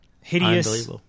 Hideous